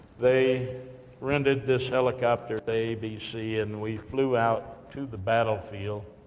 they rented this helicopter to abc, and we flew out to the battlefield.